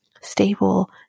stable